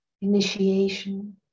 initiation